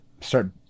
start